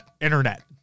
internet